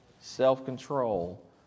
Self-control